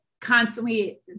constantly